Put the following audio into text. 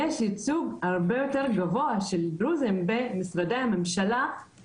יש ייצוג הרבה יותר גבוה של דרוזים במשרדי הממשלה,